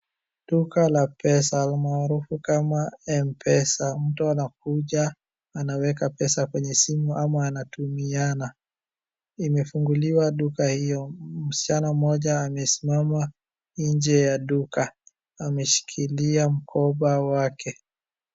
Duka la pesa maarufu kama Mpesa. Mtu anakuja anaweka pesa kwenye simu ama anatumiana. Imefunguliwa duka hiyo. Msichana mmoja amesimama nje ya duka ameshikilia mkoba wake.